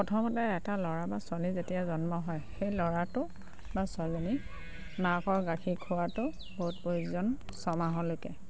প্ৰথমতে এটা ল'ৰা বা ছোৱালীৰ যেতিয়া জন্ম হয় সেই ল'ৰাটো বা ছোৱালীজনী মাকৰ গাখীৰ খোৱাটো বহুত প্ৰয়োজন ছমাহলৈকে